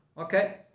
Okay